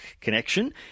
connection